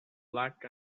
black